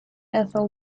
ethel